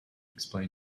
explain